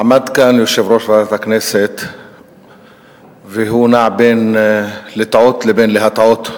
עמד כאן יושב-ראש ועדת הכנסת ונע בין לטעות לבין להטעות,